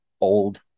old